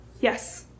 yes